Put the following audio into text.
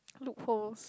loopholes